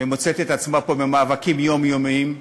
ומוצאת את עצמה פה במאבקים יומיומיים של,